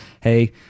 Hey